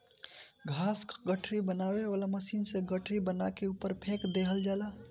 घास क गठरी बनावे वाला मशीन से गठरी बना के ऊपर फेंक देहल जाला